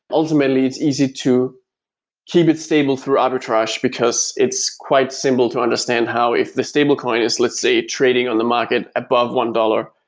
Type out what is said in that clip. ultimately, it's easy to keep it stable through arbitrage, because it's quite simple to understand how if the stablecoin is let's say, trading on the market above one dollars,